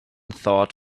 thought